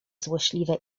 złośliwe